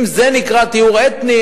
אם זה נקרא טיהור אתני,